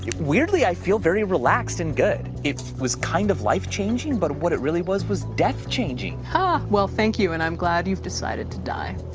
weirdly, i feel very relaxed and good. it was kind of life changing, but what it really was was death changing. huh, well, thank you, and i'm glad you've decided to die.